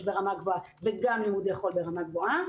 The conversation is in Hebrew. ברמה גבוהה וגם לימודי חול ברמה גבוהה,